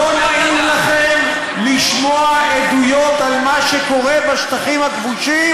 לא נעים לכם לשמוע עדויות על מה שקורה בשטחים הכבושים?